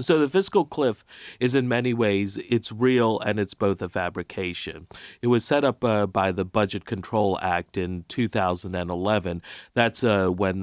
so the fiscal cliff is in many ways it's real and it's both a fabrication it was set up by the budget control act in two thousand and eleven that's when